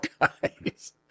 guys